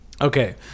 Okay